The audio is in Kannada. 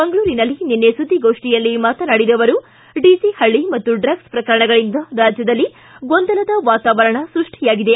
ಮಂಗಳೂರಿನಲ್ಲಿ ನಿನ್ನೆ ಸುದ್ಲಿಗೋಷ್ಠಿಯಲ್ಲಿ ಮಾತನಾಡಿದ ಅವರು ಡಿಜೆ ಪಳ್ಳಿ ಮತ್ತು ಡ್ರಗ್ನ್ ಪ್ರಕರಣಗಳಿಂದ ರಾಜ್ಯದಲ್ಲಿ ಗೊಂದಲದ ವಾತಾವರಣ ಸೃಷ್ಟಿಯಾಗಿದೆ